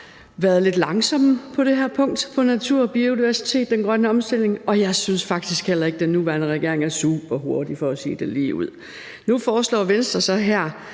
været lidt langsomme på det her punkt, på natur og biodiversitet og den grønne omstilling, og jeg synes faktisk heller ikke, den nuværende regering er super hurtig for at sige det ligeud. Nu foreslår Venstre så her,